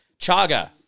Chaga